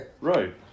Right